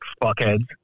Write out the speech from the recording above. Fuckheads